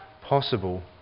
possible